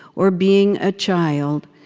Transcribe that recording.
or being a child,